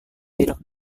tidak